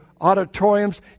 auditoriums